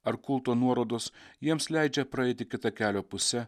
ar kulto nuorodos jiems leidžia praeiti kita kelio puse